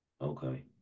okay